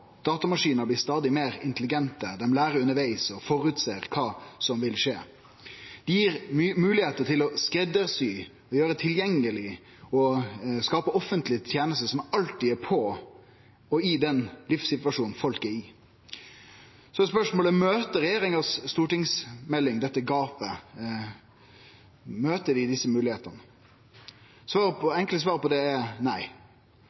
blir stadig meir intelligente, dei lærer undervegs og føreser kva som vil skje. Det gir moglegheiter til å skreddarsy, gjere tilgjengeleg og skape offentlege tenester som alltid er på, i den livssituasjonen folk er i. Så er spørsmålet: Møter stortingsmeldinga frå regjeringa dette gapet? Møter ein desse moglegheitene? Det enkle svaret på det er nei.